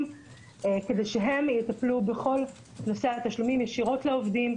כדי שהם יטפלו בכל נושא התשלומים ישירות לעובדים,